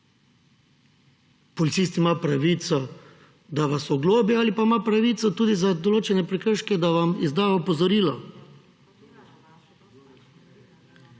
Policist ima pravico, da vas oglobi, ali pa ima pravico tudi za določene prekrške, da vam izda opozorilo.